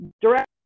Direct